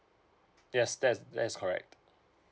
yes that's that's correct